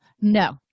No